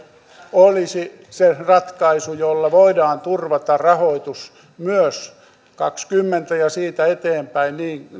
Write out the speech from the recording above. olisi se ratkaisu jolla voidaan turvata rahoitus myös kaksikymmentä ja siitä eteenpäin niin